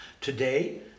Today